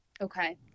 Okay